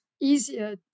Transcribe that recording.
easier